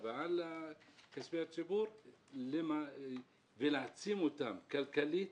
כספי הציבור ולהעצים אותם כלכלית